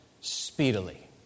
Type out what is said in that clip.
speedily